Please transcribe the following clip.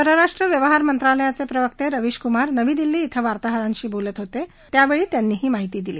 परराष्ट्र व्यवहार मंत्रालयाचे प्रवक्ते रवीश कुमार नवी दिल्ली इथं वार्ताहरांशी बोलत होते त्यावेळी त्यांनी ही माहिती दिला